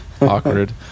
awkward